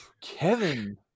Kevin